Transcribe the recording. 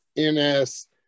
NS